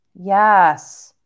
Yes